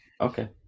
okay